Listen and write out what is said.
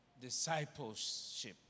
discipleship